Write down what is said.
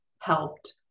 helped